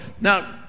Now